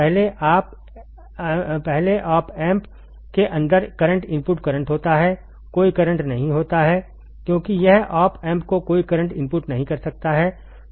पहले op amp के अंदर करंट इनपुट करंट होता है कोई करंट नहीं होता है क्योंकि यह ऑप एम्प को कोई करंट इनपुट नहीं कर सकता है